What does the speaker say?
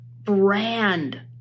brand